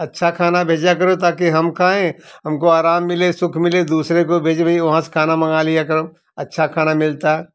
अच्छा खाना भेजा करो ताकि हम खाएँ हमको आराम मिले सुख मिले दूसरे को भेजे भाई वहाँ से खाना मंगा लिया करो अच्छा खाना मिलता